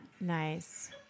Nice